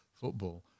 football